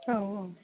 औ औ